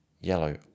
yellow